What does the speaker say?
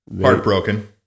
heartbroken